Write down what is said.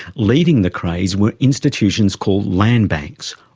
leading the craze were institutions called land banks,